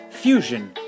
Fusion